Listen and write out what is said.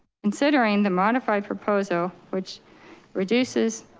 considering the modified proposal, which reduces